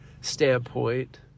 standpoint